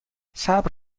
صبر